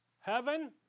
heaven